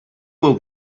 would